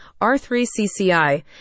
R3CCI